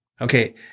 Okay